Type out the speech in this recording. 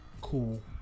cool